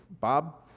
Bob